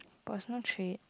personal trip